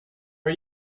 are